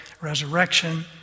resurrection